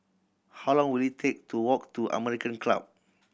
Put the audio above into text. how long will it take to walk to American Club